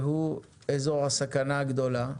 שהוא אזור הסכנה הגדולה,